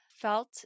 felt